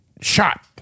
shot